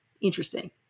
interesting